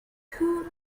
who